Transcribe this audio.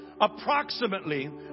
approximately